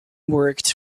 worked